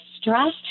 stress